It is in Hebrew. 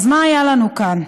אז מה היה לנו כאן?